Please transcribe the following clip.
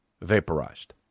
Vaporized